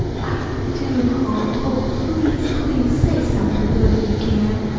i do hope oh, please, please say somethin' good if you can.